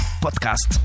Podcast